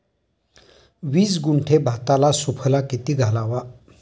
वीस गुंठे भाताला सुफला किती घालावा?